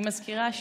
אני מזכירה,